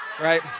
right